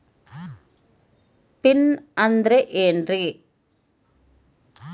Pin ಅಂದ್ರೆ ಏನ್ರಿ?